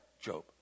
Job